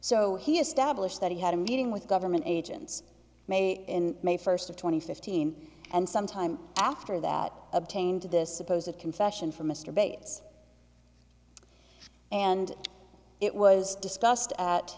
so he established that he had a meeting with government agents may in may first of twenty fifteen and sometime after that obtained this supposed confession from mr bates and it was discussed at